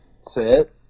sit